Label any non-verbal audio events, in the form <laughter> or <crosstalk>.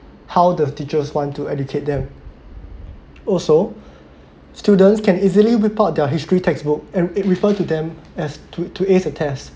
how the teachers want to educate them <noise> also students can easily whip out their history textbook and it refer to them as to to ace a test